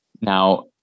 Now